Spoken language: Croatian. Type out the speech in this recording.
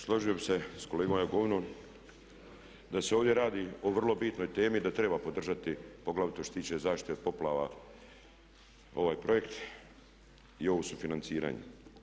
Složio bih se sa kolegom Jakovinom da se ovdje radi o vrlo bitnoj temi i da treba podržati, poglavito što se tiče zaštite od poplava ovaj projekt i ovo sufinanciranje.